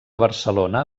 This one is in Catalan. barcelona